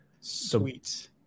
Sweet